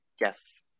Yes